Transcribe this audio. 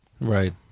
Right